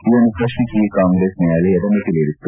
ಇದನ್ನು ಪ್ರತ್ನಿಸಿ ಕಾಂಗ್ರೆಸ್ ನ್ಲಾಯಾಲಯದ ಮೇಟ್ಟರೇರಿತ್ತು